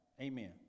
Amen